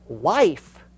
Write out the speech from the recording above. life